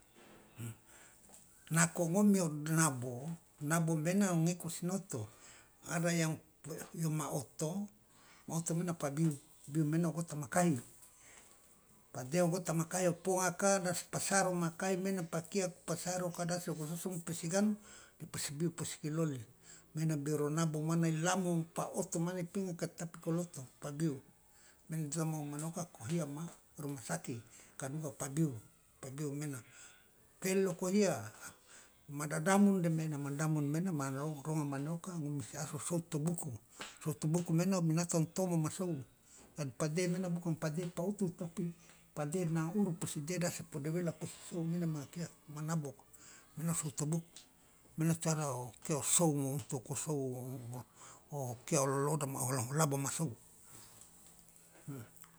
nako ngom mia nabo nabo mena ngeko sinoto ada yang yoma oto ma oto mena pa biu biu mena gota makahi pade ogota ma kai o pongaka de asa pa sarong makai maena pakiauku pasaroka de asa o gososo posi ganu de posi biu posi kiloli maena biar onabo mane ilamo pa oto maena itingaka tapi koloto pabiu maena ma ruma saki kaduka pabiu pabiu maena pel lo kolia madadamunu demena ma damunu maena ma ronga mane oka ngomi misi aso sou tobuku sou tobuka maena binatang tomo masou jadi padehe magena bukan padehe tapi pa utu tapi padehe de nanga uru posi deda so po dewela posi sou maena ma kiaku ma nabo maena sou tobuku mane cara o kia sou untuk untuk o sou o kia o loloda ma laba ma sou.